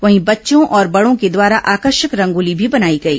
वहीं बच्चों और बड़ों के द्वारा आकर्षक रंगोली भी बनाई गई